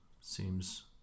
seems